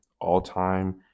all-time